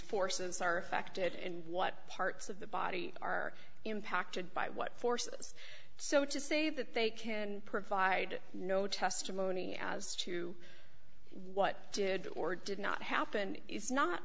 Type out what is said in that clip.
forces are affected and what parts of the body are impacted by what forces so to say that they can provide no testimony as to what did or did not happen it's not